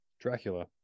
Dracula